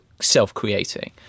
self-creating